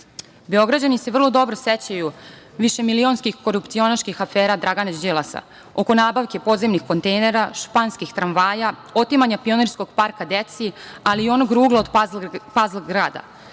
gradu. Beograđani se vrlo dobro sećaju višemilionskih korupcionaških afera Dragana Đilasa oko nabavke podzemnih kontejnera, španskih tramvaja, otimanja Pionirskog parka deci, ali i onog rugla od Pazl grada. Kada